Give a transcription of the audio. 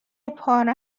پاره